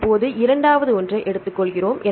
இப்போது இரண்டாவது ஒன்றை எடுத்துக்கொள்கிறோம்